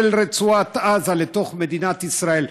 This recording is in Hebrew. מרצועת עזה לתוך מדינת ישראל,